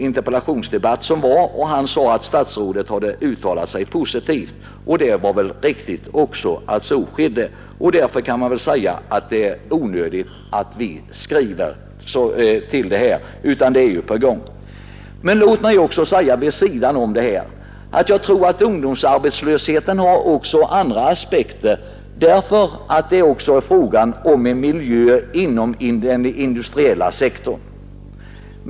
interpellationsdebatt där statsrådet hade uttalat sig positivt för en breddning av beredskapsarbetena. Därför var det väl också onödigt att utskottet tog upp detta i sin skrivning. Åtgärder är ju att vänta. Men låt mig ändå säga att jag tror att ungdomsarbetslösheten också har andra aspekter. Det gäller t.ex. miljöerna inom den industriella sektorn.